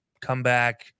comeback